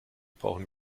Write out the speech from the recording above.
brauchen